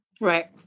Right